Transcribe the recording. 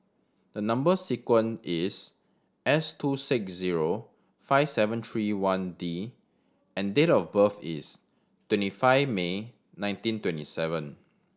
the number sequence is S two six zero five seven three one D and date of birth is twenty five May nineteen twenty seven